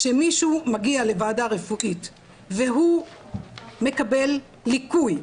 כשמישהו מגיע לוועדה רפואית והוא מקבל ליקוי,